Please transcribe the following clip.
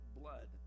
blood